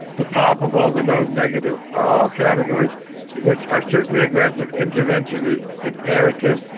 the palpable, the node negative are all categories which are certainly aggressive, intervention is imperative,